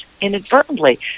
inadvertently